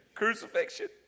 crucifixion